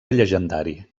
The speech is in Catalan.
llegendari